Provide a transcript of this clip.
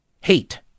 hate